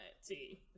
See